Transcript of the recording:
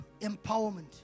empowerment